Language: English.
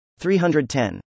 310